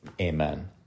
Amen